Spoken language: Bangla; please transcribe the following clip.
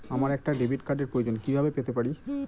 আমার একটা ডেবিট কার্ডের প্রয়োজন কিভাবে পেতে পারি?